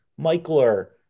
Michler